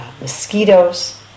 mosquitoes